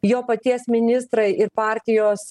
jo paties ministrai ir partijos